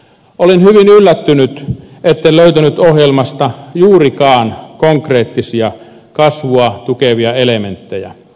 olin hyvin yllättynyt etten löytänyt ohjelmasta juurikaan konkreettisia kasvua tukevia elementtejä